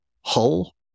hull